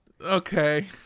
Okay